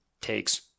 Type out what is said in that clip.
takes